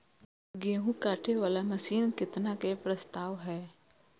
गेहूँ काटे वाला मशीन केतना के प्रस्ताव हय?